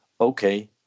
okay